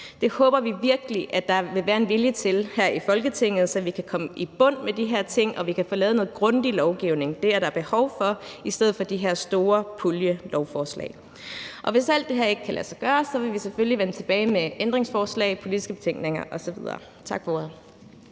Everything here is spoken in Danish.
Det håber vi virkelig der vil være en vilje til her i Folketinget, så vi kan komme i bund med de her ting og få lavet noget grundig lovgivning. Det er der behov for i stedet for de her store puljelovforslag. Hvis alt det her ikke kan lade sig gøre, vil vi selvfølgelig vende tilbage med ændringsforslag, politiske betænkninger osv. Tak for